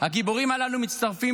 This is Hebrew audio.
הגיבורים הללו מצטרפים